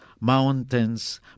mountains